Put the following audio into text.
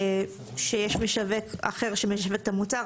שיש משווק אחר שמשווק את המוצר,